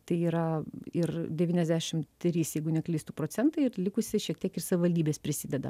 tai yra ir devyniasdešim trys jeigu neklystu procentai likusi šiek tiek iš savivaldybės prisideda